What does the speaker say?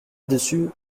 dessus